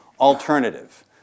alternative